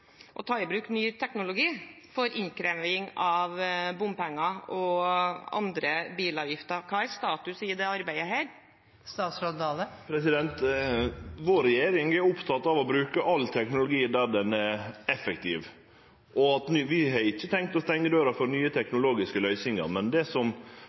å ta i bruk ny teknologi for innkreving av bompenger og andre bilavgifter. Hva er status i dette arbeidet? Vår regjering er oppteken av å bruke all teknologi der han er effektiv, og vi har ikkje tenkt å stengje døra for nye teknologiske løysingar. Men det som